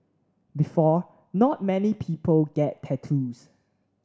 before not many people get tattoos